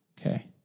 Okay